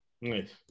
Nice